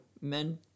men